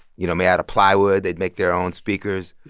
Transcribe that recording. you know, made out of plywood. they'd make their own speakers.